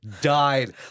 died